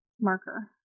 marker